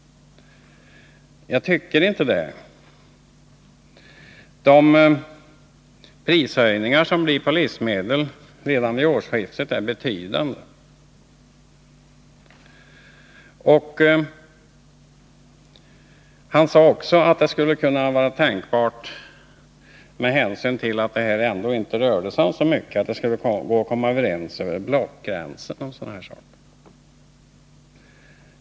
Jag tycker inte det. Höjningarna av priserna på livsmedel redan vid årsskiftet blir betydande. Einar Larsson sade också att det med tanke på att det ändå inte rör sig om så mycket skulle vara möjligt att komma överens över blockgränserna.